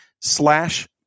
slash